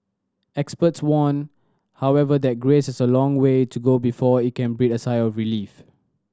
experts warn however that Greece has a long way to go before it can breathe a sigh of relief